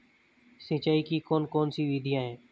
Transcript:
सिंचाई की कौन कौन सी विधियां हैं?